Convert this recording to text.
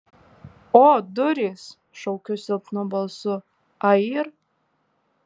o durys šaukiu silpnu balsu a yr